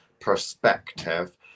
perspective